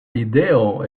ideo